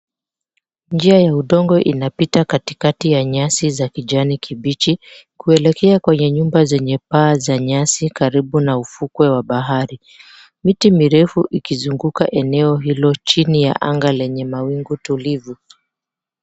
Njia ya udongo inapita katikati ya nyasi za kijani kibichi, kuelekea kwenye nyumba zenye paa za nyasi karibu na ufukwe wa bahari. Miti mirefu ikizunguka eneo hilo chini ya anga lenye mawingu tulivu.